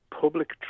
public